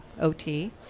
OT